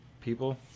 people